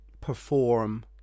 perform